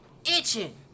itching